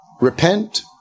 Repent